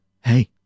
hey